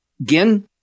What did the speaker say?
Again